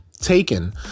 taken